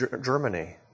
Germany